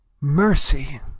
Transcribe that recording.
mercy